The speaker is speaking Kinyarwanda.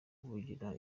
kuvugira